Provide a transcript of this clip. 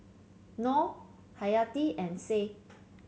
Noh Haryati and Said